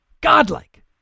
Godlike